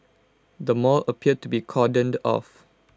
the mall appeared to be cordoned off